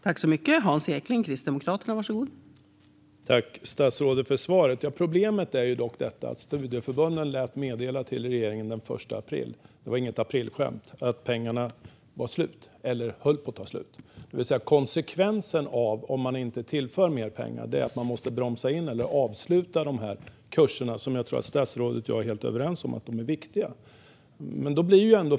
Fru talman! Tack, statsrådet, för svaret! Problemet är dock att studieförbunden den 1 april - det var inget aprilskämt - lät meddela regeringen att pengarna var slut eller höll på att ta slut. Konsekvensen om inte mer pengar tillförs är alltså att man måste bromsa in eller avsluta dessa kurser, som jag tror att statsrådet och jag är helt överens om är viktiga.